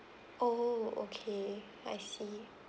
oh okay I see